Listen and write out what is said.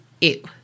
ew